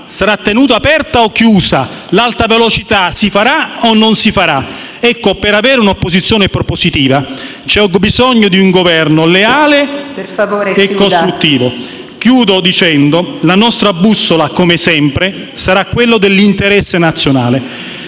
sarà tenuta aperta o chiusa? L'alta velocità si farà o no? Per avere un'opposizione propositiva, c'è bisogno di un Governo leale e costruttivo. Concludo dicendo che la nostra bussola, come sempre, sarà l'interesse nazionale